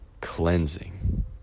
cleansing